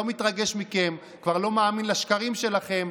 הוא לא מתרגש מכם, כבר לא מאמין לשקרים שלכם.